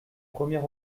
premier